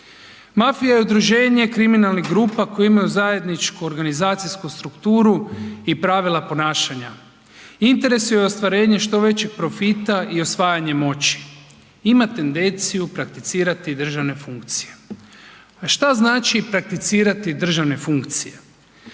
Mafija je udruženje kriminalnih grupa koje imaju zajedničku organizacijsku strukturu i pravila ponašanja. Interes joj je ostvarenje što većeg profita i osvajanje moći. Ima tendenciju prakticirati državne funkcije. A što znači prakticirati državne funkcije?